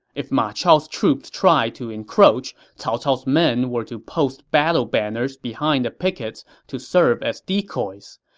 if ma chao's troops try to encroach, cao cao's men were to post battle banners behind the pickets to serve as decoys.